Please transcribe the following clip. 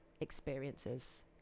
experiences